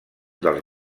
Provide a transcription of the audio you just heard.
dels